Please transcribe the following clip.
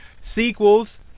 sequels